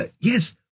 Yes